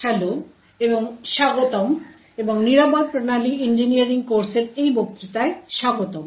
hello এবং স্বাগতম এবং সিকিউর সিস্টেম ইঞ্জিনিয়ারিং কোর্সের এই বক্তৃতায় স্বাগতম